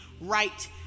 right